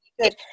good